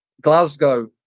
Glasgow